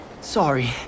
Sorry